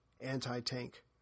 anti-tank